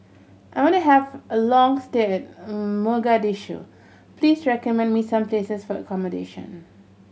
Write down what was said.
I want to have a long stay Mogadishu please recommend me some places for accommodation